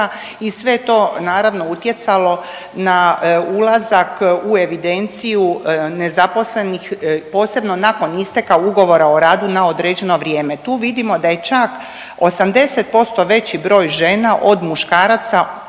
i sve je to naravno utjecalo na ulazak u evidenciju nezaposlenih posebno nakon isteka ugovora o radu na određeno vrijeme. Tu vidimo da je čak 80% veći broj žena od muškaraca